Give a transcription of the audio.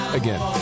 again